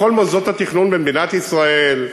בכל מוסדות התכנון במדינת ישראל,